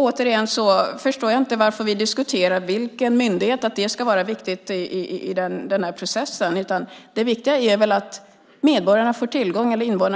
Jag förstår inte varför vi diskuterar vilken myndighet det ska vara, att det ska vara viktigt i den här processen. Det viktiga är väl att invånarna